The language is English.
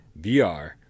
VR